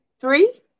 three